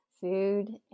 food